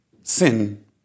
sin